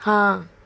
ਹਾਂ